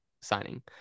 signing